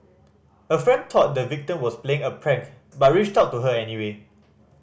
a friend thought the victim was playing a prank but reached out to her anyway